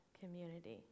community